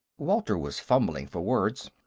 walter was fumbling for words.